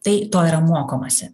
tai to yra mokomasi